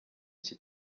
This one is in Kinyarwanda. iki